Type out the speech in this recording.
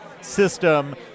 system